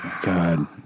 God